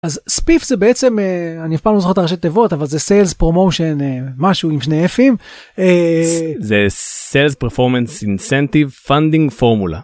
אז, SPIFF זה בעצם אה... אני אף פעם לא זוכר את הראשי תיבות, אבל זה סיילס פרומושן, אה... משהו עם שני אפים. אה... ס-זה sales performance incentive funding formula.